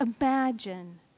imagine